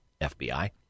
FBI